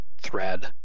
thread